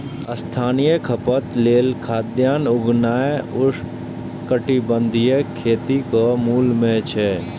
स्थानीय खपत लेल खाद्यान्न उगेनाय उष्णकटिबंधीय खेतीक मूल मे छै